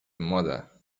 مادر